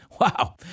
Wow